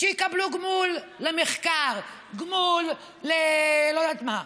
שיקבלו גמול למחקר, גמול ללא יודעת מה,